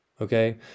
Okay